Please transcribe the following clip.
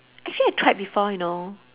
actually I tried before you know